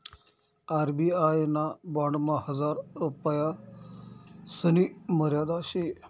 RBI ना बॉन्डमा हजार रुपयासनी मर्यादा शे